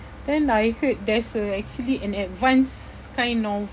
then I heard there's uh actually an advanced kind of